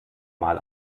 mal